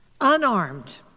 unarmed